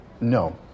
No